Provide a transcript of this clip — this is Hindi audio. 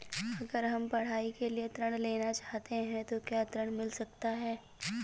अगर हम पढ़ाई के लिए ऋण लेना चाहते हैं तो क्या ऋण मिल सकता है?